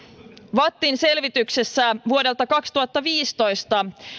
vattin selvityksessä vuodelta kaksituhattaviisitoista